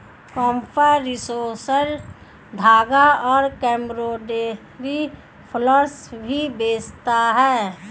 craft resources धागा और embroidery floss भी बेचता है